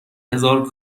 هزار